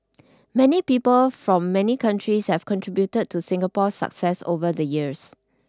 many people from many countries have contributed to Singapore's success over the years